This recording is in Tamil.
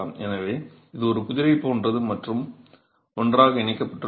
எனவே இது ஒரு புதிரைப் போன்றது மற்றும் ஒன்றாக இணைக்கப்பட்டுள்ளது